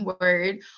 Word